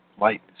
light